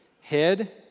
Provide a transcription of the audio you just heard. head